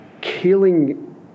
killing